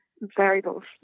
variables